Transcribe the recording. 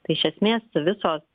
tai iš esmės visos